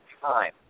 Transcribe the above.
time